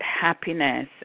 happiness